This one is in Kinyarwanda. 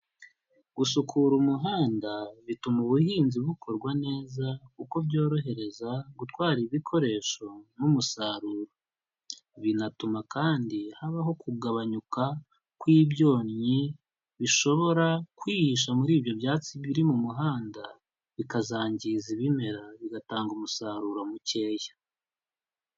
Gusukura umuhanda bituma ubuhinzi bukorwa neza kuko byorohereza gutwara ibikoresho n'umusaruro, binatuma kandi habaho kugabanuka kw'ibyonnyi bishobora kwihisha muri ibyo byatsi biri mu muhanda, bikazangiza ibimera, bigatanga umusaruro mukeya.